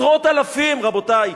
עשרות אלפים, רבותי.